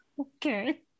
Okay